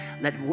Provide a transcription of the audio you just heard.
let